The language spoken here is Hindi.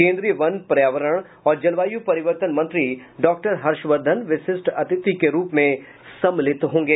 केन्द्रीय वन पर्यावरण और जलवायु परिवर्तन मंत्री डॉक्टर हर्षवर्द्वन विशिष्ट अतिथि के रूप में सम्मलित होंगे